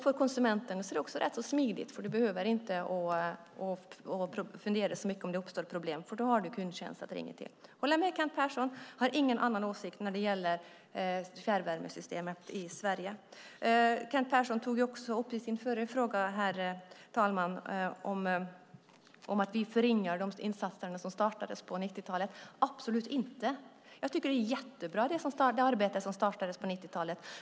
För konsumenten är det också rätt så smidigt; du behöver inte fundera så mycket om det uppstår problem, för då har du kundtjänst att ringa till. Jag håller med Kent Persson och har ingen annan åsikt när det gäller fjärrvärmesystemet i Sverige. Herr talman! Kent Persson tog tidigare upp att vi skulle förringa de insatser som startade på 90-talet. Det gör vi absolut inte. Jag tycker att det arbete som startades på 90-talet är jättebra.